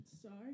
Sorry